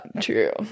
True